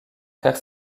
faire